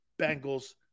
Bengals